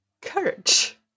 courage